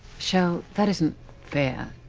shell', that isn't fair.